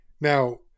Now